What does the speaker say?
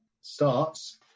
starts